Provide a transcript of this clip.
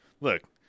Look